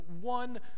one